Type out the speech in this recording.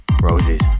Roses